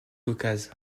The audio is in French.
caucase